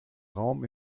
raum